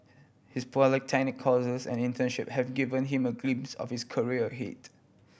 his polytechnic courses and internship have given him a glimpse of his career ahead